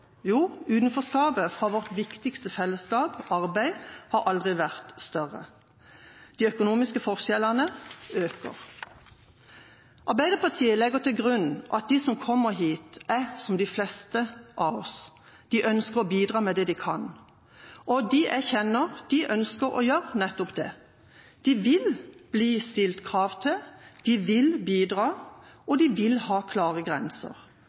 Jo, utenforskapet fra vårt viktigste fellesskap – arbeid – har aldri vært større. De økonomiske forskjellene øker. Arbeiderpartiet legger til grunn at de som kommer hit, er som de fleste av oss. De ønsker å bidra med det de kan. Og de jeg kjenner, ønsker å gjøre nettopp det. De vil bli stilt krav til, de vil bidra, og de vil ha klare grenser.